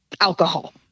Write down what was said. alcohol